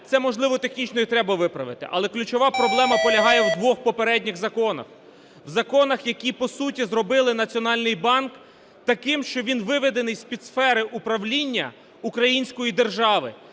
це, можливо, технічно їх треба виправити, але ключова проблема полягає у двох попередніх законах - у законах, які, по суті, зробили Національний банк таким, що він виведений з-під сфери управління української держави,